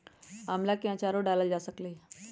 आम्ला के आचारो डालल जा सकलई ह